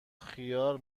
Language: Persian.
خیار